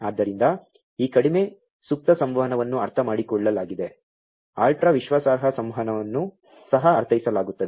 ಆದ್ದರಿಂದ ಈ ಕಡಿಮೆ ಸುಪ್ತ ಸಂವಹನವನ್ನು ಅರ್ಥಮಾಡಿಕೊಳ್ಳಲಾಗಿದೆ ಅಲ್ಟ್ರಾ ವಿಶ್ವಾಸಾರ್ಹ ಸಂವಹನವನ್ನು ಸಹ ಅರ್ಥೈಸಲಾಗುತ್ತದೆ